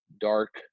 dark